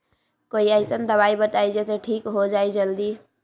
कोई अईसन दवाई बताई जे से ठीक हो जई जल्दी?